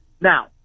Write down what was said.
Now